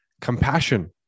Compassion